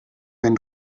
wenn